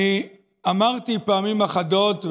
אני אמרתי פעמים אחדות,